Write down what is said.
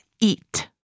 eat